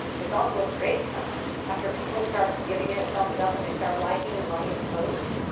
it's also a great time after people start giving it a thumbs up, and they start liking and loving the posts,